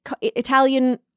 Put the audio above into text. Italian